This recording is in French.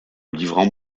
livrant